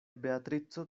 beatrico